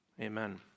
Amen